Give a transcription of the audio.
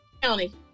County